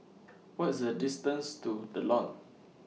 What IS The distance to The Lawn